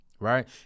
Right